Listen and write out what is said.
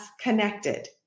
connected